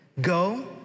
go